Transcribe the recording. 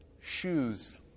shoes